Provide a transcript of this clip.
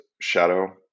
shadow